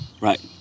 right